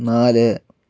നാല്